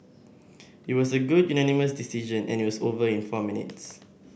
it was a good unanimous decision and it was over in four minutes